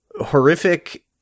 horrific